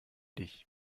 dich